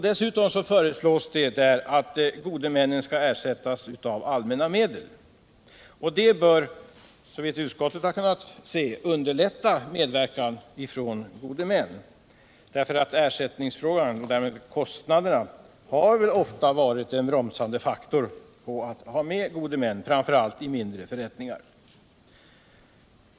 Dessutom föreslås att gode männen skall ersättas av allmänna medel. Det bör, såvill utskottet har kunnat se, underlätta medverkan av gode män, för ersättningsfrågan och därmed kostnaderna har ofta varit en bromsande faktor när det gällt att ha med gode män, framför allt vid mindre förrättningar.